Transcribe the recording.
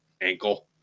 ankle